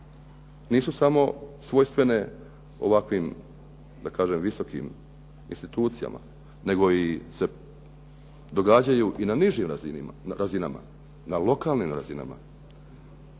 nisu samo svojstvene ovakvim, da kažem visokim institucijama, nego se događaju i na nižim razinama, na lokalnim razinama.